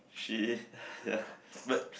she but